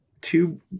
two